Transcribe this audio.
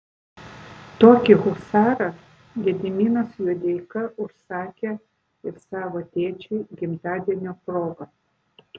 tokį husarą gediminas juodeika užsakė ir savo tėčiui gimtadienio proga